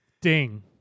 Ding